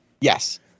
Yes